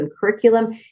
curriculum